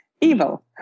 evil